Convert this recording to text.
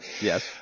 Yes